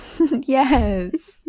Yes